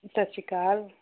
ਸਤਿ ਸ਼੍ਰੀ ਅਕਾਲ